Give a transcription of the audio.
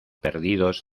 perdidos